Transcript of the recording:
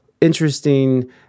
interesting